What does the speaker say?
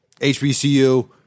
HBCU